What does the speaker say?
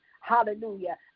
Hallelujah